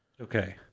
Okay